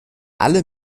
alle